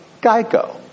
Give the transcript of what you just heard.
Geico